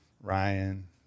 Ryan